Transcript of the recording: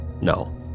No